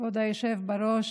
כבוד היושב בראש,